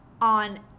on